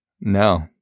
No